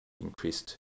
increased